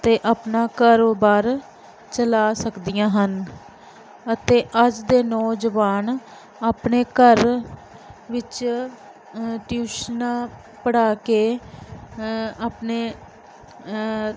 ਅਤੇ ਆਪਣਾ ਕਾਰੋਬਾਰ ਚਲਾ ਸਕਦੀਆਂ ਹਨ ਅਤੇ ਅੱਜ ਦੇ ਨੌਜਵਾਨ ਆਪਣੇ ਘਰ ਵਿੱਚ ਟਿਊਸ਼ਨਾਂ ਪੜ੍ਹਾ ਕੇ ਆਪਣੇ